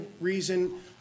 reason